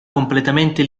completamente